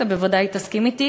אתה בוודאי תסכים אתי,